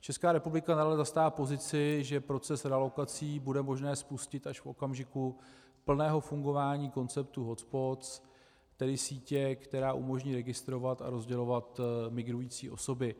Česká republika nadále zastává pozici, že proces realokací bude možné spustit až v okamžiku plného fungování konceptu hotspots, tedy sítě, která umožní registrovat a rozdělovat migrující osoby.